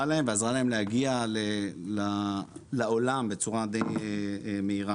להם ועזרה להם להגיע לעולם בצורה די מהירה.